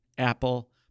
Apple